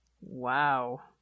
Wow